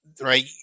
right